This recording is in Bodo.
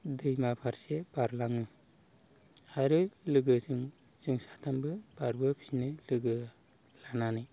दैमा फारसे बारलाङो आरो लोगोजों जों साथामबो बारबोफिनो लोगो लानानै